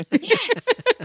Yes